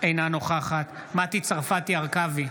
אינה נוכחת מטי צרפתי הרכבי,